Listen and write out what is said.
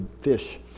fish